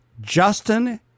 Justin